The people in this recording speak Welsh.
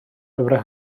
lyfrau